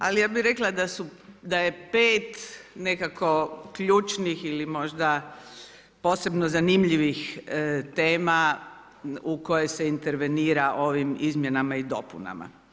Ali ja bih rekla da je pet nekako ključnih ili možda posebno zanimljivih tema u koje se intervenira ovim izmjenama i dopunama.